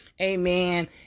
Amen